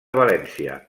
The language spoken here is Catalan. valència